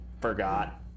forgot